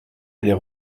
allait